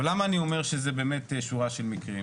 ולמה אני אומר שזו באמת שורה של מקרים?